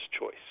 choice